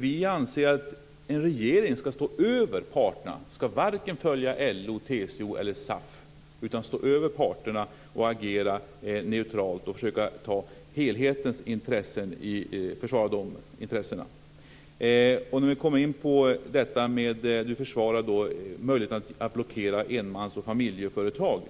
vi anser att en regering ska stå över parterna. En regering ska inte följa LO, TCO eller SAF, utan den ska stå över parterna och agera neutralt och försöka försvara intressena för helheten. Björn Kaaling försvarar möjligheten att blockera enmans och familjeföretag.